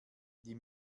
die